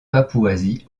papouasie